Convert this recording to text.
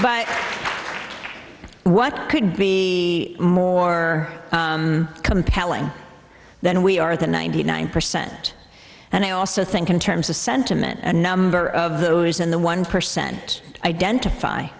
but what could be more compelling than we are the ninety nine percent and i also think in terms of sentiment a number of those in the one percent identify